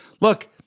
look